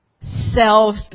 self